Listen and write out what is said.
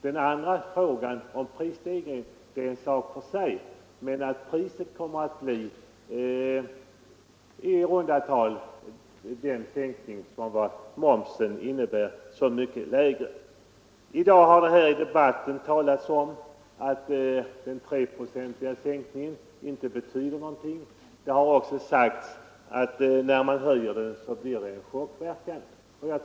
Prisstegringen är en sak för sig, men priserna kommer ändå i stort sett att vara så mycket lägre som motsvarar momssänkningen. Det har i dagens debatt talats om att den 3-procentiga momssänkningen inte betyder något. Det har också hävdats att återgången till nuvarande momsnivå kommer att få en chockverkan.